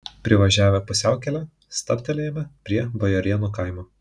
privažiavę pusiaukelę stabtelėjome prie bajorėnų kaimo